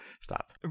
Stop